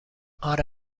اره